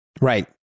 Right